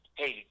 hey